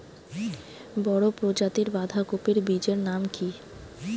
বড় প্রজাতীর বাঁধাকপির বীজের নাম কি?